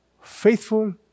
Faithful